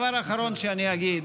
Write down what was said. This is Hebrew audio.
ודבר אחרון שאגיד,